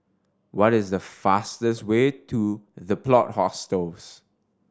what is the fastest way to The Plot Hostels